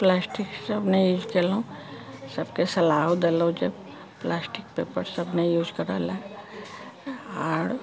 plastic सभ नहि use केलहुँ सभके सलाहो देलहुँ जे पाल्स्टिक पेपर सभ नहि यूज करऽ लए आओर